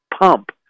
pump